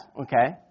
okay